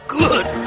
good